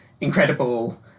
incredible